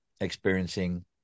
experiencing